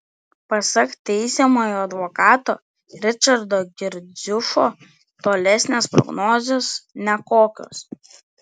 pasak teisiamojo advokato ričardo girdziušo tolesnės prognozės nekokios